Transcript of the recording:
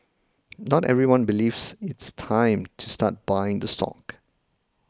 not everyone believes it's time to start buying the stock